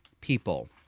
people